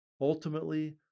Ultimately